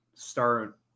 start